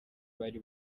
bari